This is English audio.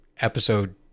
episode